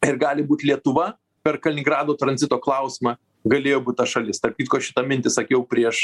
ir gali būt lietuva per kaliningrado tranzito klausimą galėjo būt ta šalis tarp kitko aš šitą mintį sakiau prieš